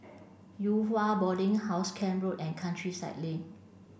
Yew Hua Boarding House Camp Road and Countryside Link